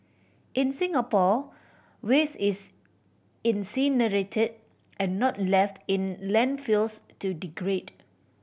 in Singapore waste is incinerated and not left in landfills to degrade